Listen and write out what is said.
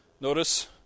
notice